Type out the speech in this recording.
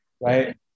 Right